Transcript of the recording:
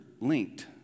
linked